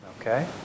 Okay